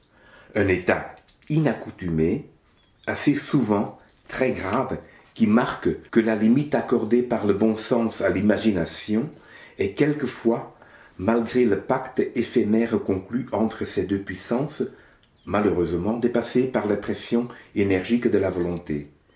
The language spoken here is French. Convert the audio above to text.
un état inaccoutumé assez souvent très grave qui marque que la limite accordée par le bon sens à l'imagination est quelquefois malgré le pacte éphémère conclu entre ces deux puissances malheureusement dépassée par la pression énergique de la volonté